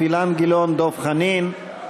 אילן גילאון ודב חנין.